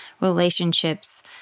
relationships